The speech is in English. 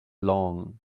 long